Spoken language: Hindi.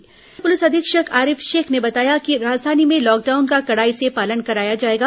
वरिष्ठ पुलिस अधीक्षक आरिफ शेख ने बताया कि राजधानी में लॉकडाउन का कड़ाई से पालन कराया जाएगा